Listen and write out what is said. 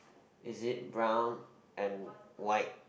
is it brown and white